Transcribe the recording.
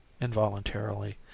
involuntarily